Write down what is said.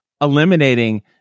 eliminating